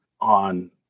on